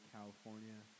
California